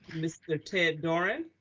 mr. ted doran,